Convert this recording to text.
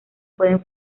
pueden